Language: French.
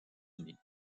unis